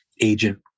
agent